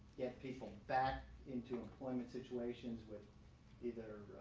get people back into employment situations with either